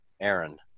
Aaron